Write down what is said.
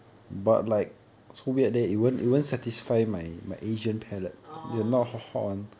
orh